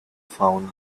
found